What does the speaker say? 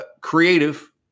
creative